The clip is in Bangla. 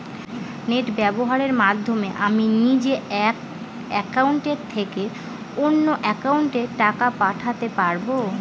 নেট ব্যবহারের মাধ্যমে আমি নিজে এক অ্যাকাউন্টের থেকে অন্য অ্যাকাউন্টে টাকা পাঠাতে পারব?